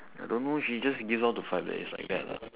I don't know she just gives off the vibe that is like that lah